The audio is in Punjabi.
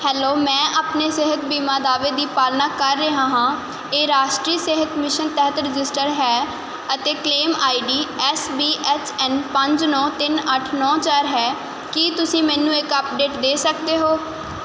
ਹੈਲੋ ਮੈਂ ਆਪਣੇ ਸਿਹਤ ਬੀਮਾ ਦਾਅਵੇ ਦੀ ਪਾਲਣਾ ਕਰ ਰਿਹਾ ਹਾਂ ਇਹ ਰਾਸ਼ਟਰੀ ਸਿਹਤ ਮਿਸ਼ਨ ਤਹਿਤ ਰਜਿਸਟਰਡ ਹੈ ਅਤੇ claim ID S B H N ਪੰਜ ਨੌਂ ਤਿੰਨ ਅੱਠ ਨੌਂ ਚਾਰ ਹੈ ਕੀ ਤੁਸੀਂ ਮੈਨੂੰ ਇੱਕ ਅਪਡੇਟ ਦੇ ਸਕਦੇ ਹੋ